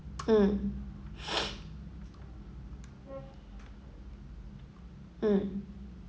mm mm